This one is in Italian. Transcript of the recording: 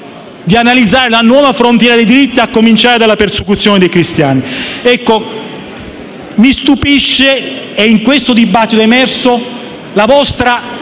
di analizzare la nuova frontiera dei diritti, a cominciare dalla persecuzione dei cristiani. Mi stupisce, e in questo dibattito è emersa, la vostra